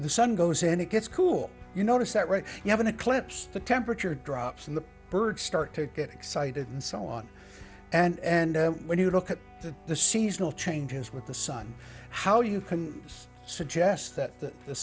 the sun goes and it gets cool you notice that when you have an eclipse the temperature drops and the birds start to get excited and so on and when you look at that the seasonal changes with the sun how you can use suggests that the